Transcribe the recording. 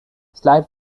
slide